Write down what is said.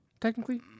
technically